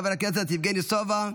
חבר הכנסת יבגני סובה,